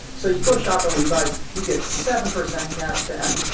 so you go shop at levi's, you get seven percent cash back,